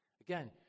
Again